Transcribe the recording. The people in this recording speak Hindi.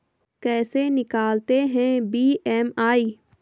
कैसे निकालते हैं बी.एम.आई?